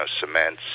cements